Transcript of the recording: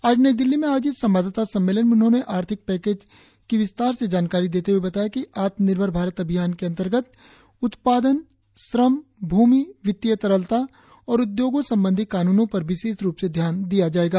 आज नई दिल्ली में आयोजित संवाददाता सम्मेलन में उन्होंने आर्थिक पैकेज की विस्तार से जानकारी देते हए बताया कि आत्मनिर्भर भारत अभियान के अंतर्गत उत्पादन श्रम भूमि वित्तीय तरलता और उद्योगों संबंधी कानूनों पर विशेष रूप से ध्यान दिया जाएगा